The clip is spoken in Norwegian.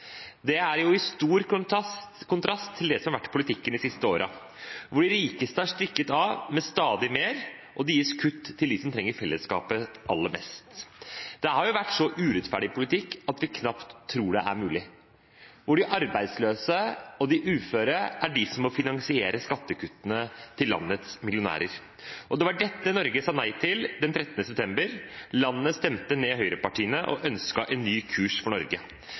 Det er i stor kontrast til det som har vært politikken de siste årene, hvor de rikeste har stukket av med stadig mer, og det har blitt kuttet til dem som trenger fellesskapet aller mest. Det har vært en så urettferdig politikk at vi knapt tror det er mulig, hvor de arbeidsløse og de uføre er de som har måttet finansiere skattekuttene til landets millionærer. Og det var dette Norge sa nei til den 13. september; landet stemte ned høyrepartiene og ønsket en ny kurs for Norge.